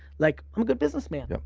like i'm a good businessman. yeah